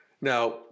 Now